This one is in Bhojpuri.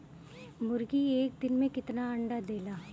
मुर्गी एक दिन मे कितना अंडा देला?